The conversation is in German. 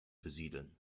besiedeln